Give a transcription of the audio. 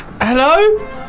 Hello